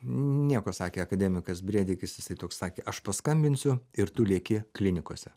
nieko sakė akademikas brėdikis jisai toks sakė aš paskambinsiu ir tu lieki klinikose